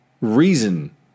reason